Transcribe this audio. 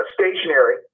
stationary